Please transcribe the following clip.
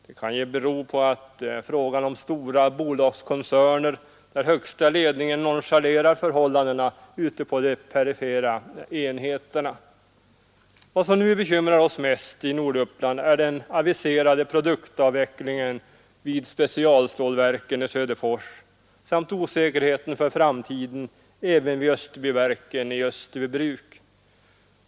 Det kan ju bero på att det är fråga om stora bolagskoncerner där högsta ledningen nonchalerar förhållandena ute på de perifera enheterna. Vad som nu bekymrar oss mest i Norduppland är den aviserade produktavvecklingen vid Specialstålverken i Söderfors samt osäkerheten för framtiden även vid Österbyverken i Österbybruk.